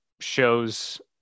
shows